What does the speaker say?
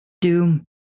doom